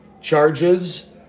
charges